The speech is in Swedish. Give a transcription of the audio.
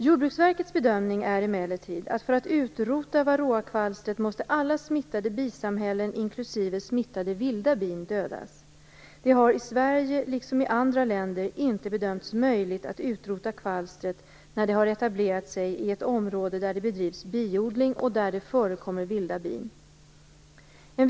Jordbruksverkets bedömning är emellertid att för att varroakvalstret skall kunna utrotas måste alla smittade bisamhällen inklusive smittade vilda bin dödas. Det har i Sverige liksom i andra länder inte bedömts möjligt att utrota kvalstret när det har etablerat sig i ett område där det bedrivs biodling och där det förekommer vilda bin.